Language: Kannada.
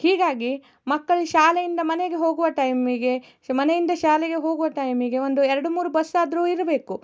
ಹೀಗಾಗಿ ಮಕ್ಕಳು ಶಾಲೆಯಿಂದ ಮನೆಗೆ ಹೋಗುವ ಟೈಮಿಗೆ ಸೊ ಮನೆಯಿಂದ ಶಾಲೆಗೆ ಹೋಗುವ ಟೈಮಿಗೆ ಒಂದು ಎರಡು ಮೂರು ಬಸ್ ಆದರು ಇರಬೇಕು